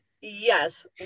Yes